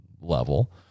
level